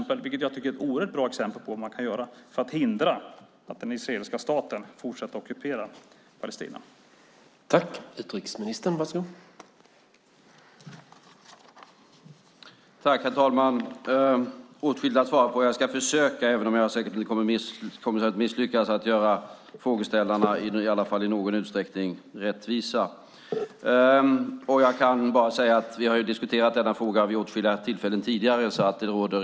Jag tycker att det är ett oerhört bra exempel på vad man kan göra för att hindra att den israeliska staten fortsätter att ockupera Palestina.